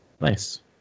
nice